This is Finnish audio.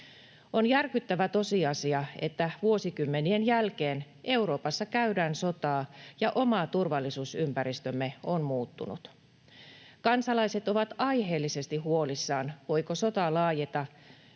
On järkyttävä tosiasia, että vuosikymmenien jälkeen Euroopassa käydään sotaa ja oma turvallisuusympäristömme on muuttunut. Kansalaiset ovat aiheellisesti huolissaan, voiko sota laajeta,